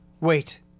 Wait